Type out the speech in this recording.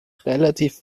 relativ